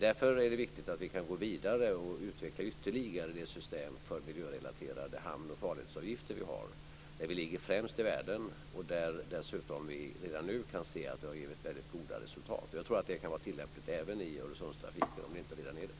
Därför är det viktigt att vi kan gå vidare och utveckla ytterligare det system för miljörelaterade hamn och farledsavgifter vi har, där vi ligger främst i världen. Vi kan dessutom redan nu se att det har givit väldigt goda resultat. Jag tror att det kan vara tilllämpligt även i Öresundstrafiken, om det inte redan är det.